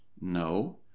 no